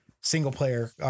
single-player